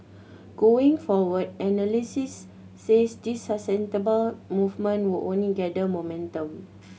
going forward analysts said this movement will only gather momentum